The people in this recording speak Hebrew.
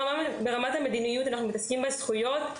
ברמת המדיניות, אנחנו מתעסקים בזכויות.